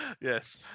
yes